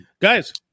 guys